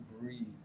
breathe